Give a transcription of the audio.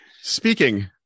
Speaking